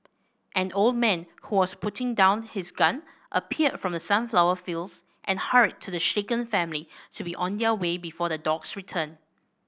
an old man who was putting down his gun appeared from the sunflower fields and hurried the shaken family to be on their way before the dogs return